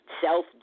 self